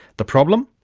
the problem?